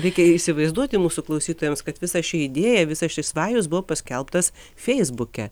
reikia įsivaizduoti mūsų klausytojams kad visa ši idėja visas šis vajus buvo paskelbtas feisbuke